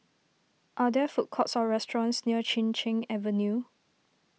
are there food courts or restaurants near Chin Cheng Avenue